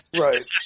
right